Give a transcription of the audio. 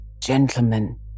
Gentlemen